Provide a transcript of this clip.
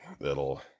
that'll